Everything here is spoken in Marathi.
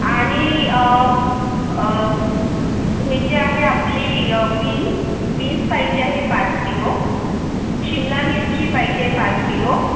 आणि हे जे आहे आपली बीन्स बीन्स पाहिजे आहे पाच किलो शिमला मिरची पाहिजे पाच किलो